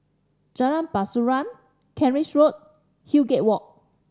Jalan Pasiran Kent Ridge Road Highgate Walk